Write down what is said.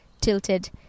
tilted